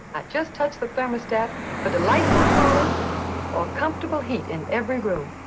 i just touch the thermostat for delightful cooling or comfortable heat in every room.